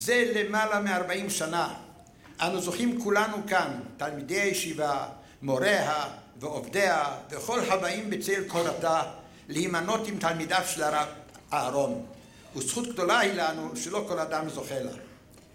זה למעלה מ-40 שנה. אנו זוכים כולנו כאן, תלמידי הישיבה, מוריה ועובדיה וכל הבאים בצל קורתה, להימנות עם תלמידת של אהרון. וזכות גדולה היא לנו שלא כל אדם זוכה לה.